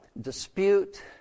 dispute